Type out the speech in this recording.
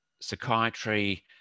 Psychiatry